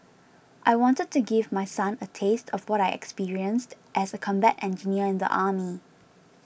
I wanted to give my son a taste of what I experienced as a combat engineer in the army